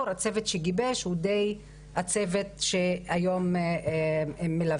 הצוות שגיבש הוא די הצוות שהיום מלווה.